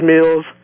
meals